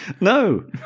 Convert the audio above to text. No